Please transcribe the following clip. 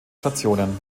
stationen